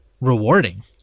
rewarding